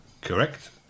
Correct